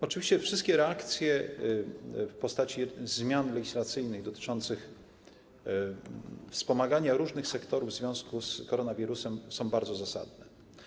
Oczywiście wszystkie reakcje w postaci zmian legislacyjnych dotyczących wspomagania różnych sektorów w związku z koronawirusem są bardzo zasadne.